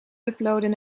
uploaden